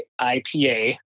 IPA